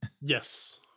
Yes